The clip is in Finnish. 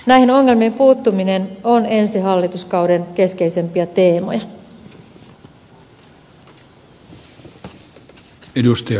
näihin ongelmiin puuttuminen on ensi hallituskauden keskeisimpiä teemoja